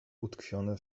utkwione